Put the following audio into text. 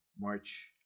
March